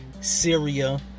syria